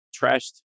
trashed